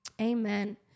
Amen